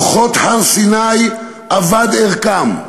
לוחות הר-סיני אבד ערכם,